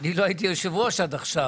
אני לא הייתי יושב-ראש עד עכשיו.